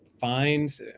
find